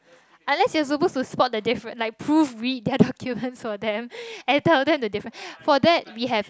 unless you are supposed to spot the difference like proofread their documents for them and tell them the difference for that we have